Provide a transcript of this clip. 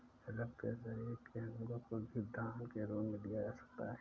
रक्त या शरीर के अंगों को भी दान के रूप में दिया जा सकता है